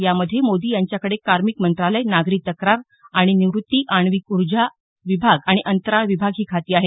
यामध्ये मोदी यांच्याकडे कार्मिक मंत्रालय नागरी तक्रार आणि निवृत्ती आण्विक ऊर्जा विभाग आणि अंतराळ विभाग ही खाती आहेत